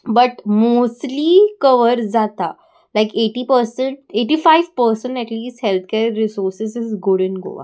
but mostly cover जाता like eighty percent eighty five percent at least health care resources is good in Goa